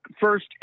first